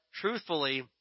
truthfully